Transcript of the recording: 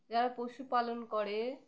যারা পশু পালন করে